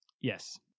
Yes